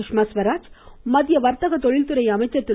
சுஷ்மா ஸ்வராஜ் மத்திய வர்த்தக தொழில்துறை அமைச்சர் திரு